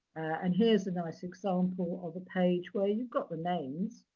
and here's a nice example of a page where you've got the names,